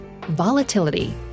volatility